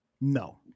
no